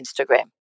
Instagram